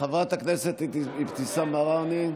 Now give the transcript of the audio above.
חברת הכנסת אבתיסאם מראענה,